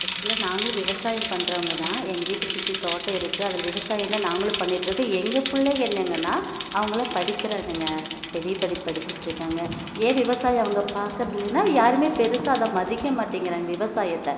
ஆக்சுவலாக நாங்களும் விவசாயம் பண்ணுறவங்க தான் எங்கள் வீட்டை சுற்றி தோட்டம் இருக்குது அதில் விவசாயந்தான் நாங்களும் பண்ணிட்டுருக்கோம் எங்கள் பிள்ளை என்னெங்கன்னா அவங்கள்லாம் படிக்கிறாங்கங்க பெரிய படிப்பு படிச்சுட்ருக்காங்க ஏன் விவசாயம் அவங்க பார்க்கறது இல்லைன்னா யாருமே பெருசாக அதை மதிக்க மாட்டேங்கறாங்க விவசாயத்தை